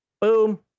boom